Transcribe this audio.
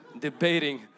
debating